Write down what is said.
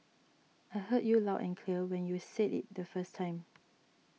I heard you loud and clear when you said it the first time